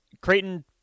Creighton